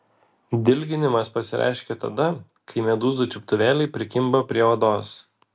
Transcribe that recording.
dilginimas pasireiškia tada kai medūzų čiuptuvėliai prikimba prie odos